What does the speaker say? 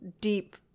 deep